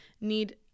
need